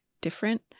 different